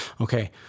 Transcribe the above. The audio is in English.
Okay